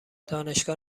دانشگاه